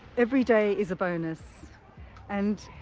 every day is a bonus and